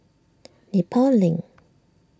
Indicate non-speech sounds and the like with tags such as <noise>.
<noise> Nepal Link